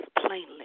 plainly